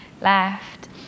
left